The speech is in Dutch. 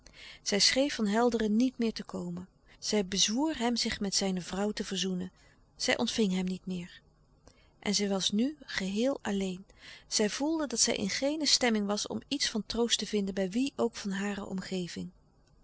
zij schreef van helderen niet meer te komen zij bezwoer hem zich met zijne vrouw te verzoenen zij ontving hem niet meer en zij was nu geheel alleen zij voelde dat zij in geene stemming was om iets van troost te vinden bij wie ook van hare omgeving